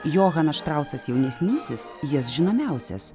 johanas štrausas jaunesnysis jis žinomiausias